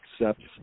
accepts